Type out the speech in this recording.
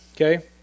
okay